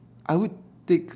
I would take